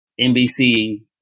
NBC